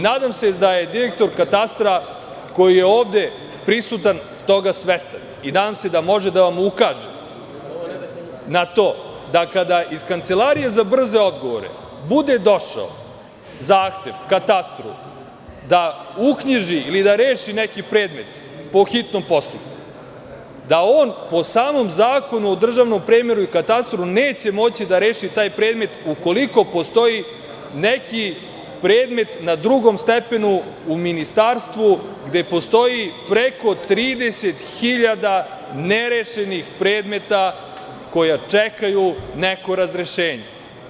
Nadam se da je direktor katastra, koji je ovde prisutan, toga svestan i nadam se da može da vam ukaže na to da kada iz Kancelarije za brze odgovore bude došao zahtev Katastru da uknjiži ili da reši neki predmet po hitnom postupku, da on po samom Zakonu o državnom premeru i katastru neće moći da reši taj predmet ukoliko postoji neki predmet na drugom stepenu u ministarstvu, gde postoji preko 30 hiljada nerešenih predmeta koji čekaju neko razrešenje.